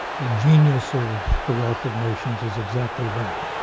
the genius of the wealth of nations is exactly that,